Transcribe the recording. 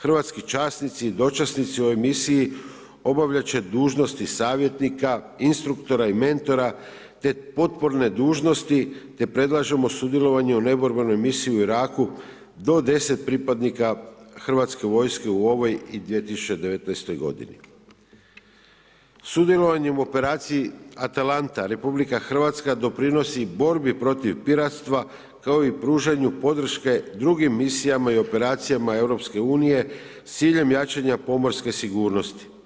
Hrvatski časnici i dočasnici u ovoj misiji obavljati će dužnosti savjetnika, instruktora i mentora, te potporne dužnosti, te predlažemo sudjelovanje u neborbenoj misiji u Iraku do 10 pripadnika HV-a u ovoj i 2019.g. sudjelovanjem u operaciji Atalanta RH doprinosi borbi protiv piratstva kao i pružanju podrške drugim misijama i operacijama EU s ciljem jačanja pomorske sigurnosti.